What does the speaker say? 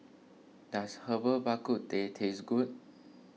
does Herbal Bak Ku Teh taste good